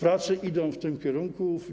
Prace idą w tym kierunku.